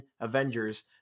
Avengers